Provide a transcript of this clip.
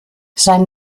sein